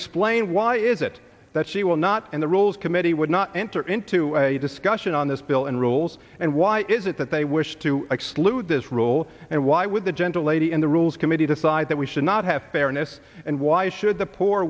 explain why is it that she will not and the rules committee would not enter into a discussion on this bill and rules and why is it that they wish to exclude this rule and why would the gentle lady in the rules committee decide that we should not have fairness and why should the poor